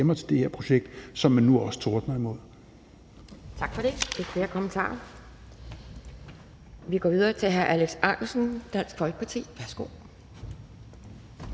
til det her projekt, som man nu også tordner imod.